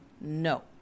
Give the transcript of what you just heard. no